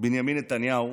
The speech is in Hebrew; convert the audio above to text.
בנימין נתניהו,